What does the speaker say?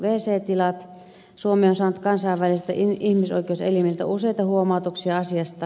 suomi on saanut kansainväliseltä ihmisoikeuselimeltä useita huomautuksia asiasta